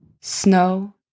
snow